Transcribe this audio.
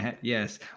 Yes